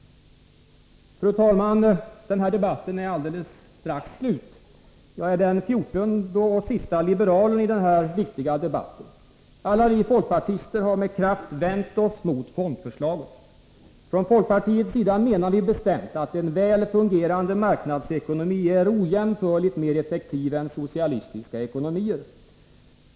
Fru talman! Den här debatten är alldeles strax slut. Jag är den 14:e och siste liberalen i denna viktiga debatt. Alla vi folkpartister har med kraft vänt oss mot fondförslaget. Folkpartiet menar bestämt att en väl fungerande marknadsekonomi är ojämförligt effektivare än socialistiska ekonomier.